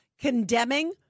condemning